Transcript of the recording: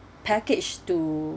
package to